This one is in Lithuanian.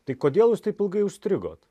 tai kodėl jūs taip ilgai užstrigot